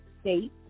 state